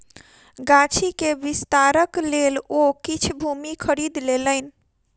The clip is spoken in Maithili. गाछी के विस्तारक लेल ओ किछ भूमि खरीद लेलैन